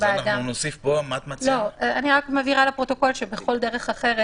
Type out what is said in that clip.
אני מבהירה לפרוטוקול שבכל דרך אחרת,